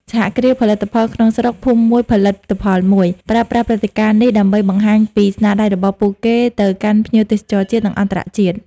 សហគ្រាសផលិតផលក្នុងស្រុក "ភូមិមួយផលិតផលមួយ" ប្រើប្រាស់ព្រឹត្តិការណ៍នេះដើម្បីបង្ហាញពីស្នាដៃរបស់ពួកគេទៅកាន់ភ្ញៀវទេសចរជាតិ និងអន្តរជាតិ។